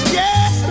yes